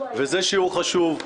וזה שיעור חשוב,